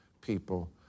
people